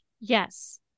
Yes